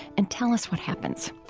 and tell us what happens.